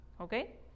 okay